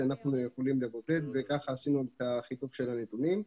יכולים לבודד וכך עשינו את חיפוש הנתונים.